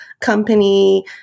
company